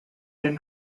then